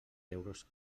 euros